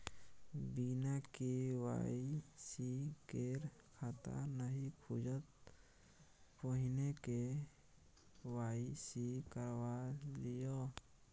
बिना के.वाई.सी केर खाता नहि खुजत, पहिने के.वाई.सी करवा लिअ